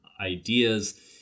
ideas